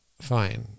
fine